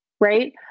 Right